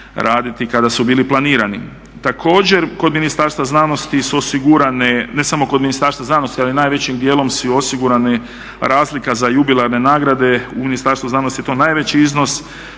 kada su bili planirani. Također, kod Ministarstva znanosti su osigurane, ne samo kod Ministarstva znanosti ali najvećim dijelom su osigurani razlika za jubilarne nagrade u Ministarstvu znanosti je to najveći iznos